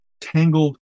tangled